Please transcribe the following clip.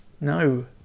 no